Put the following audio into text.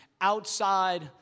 outside